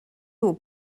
aux